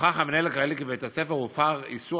נוכח המנהל הכללי כי בבית-הספר הופר איסור